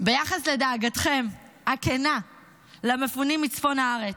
ביחס לדאגתכם הכנה למפונים מצפון הארץ,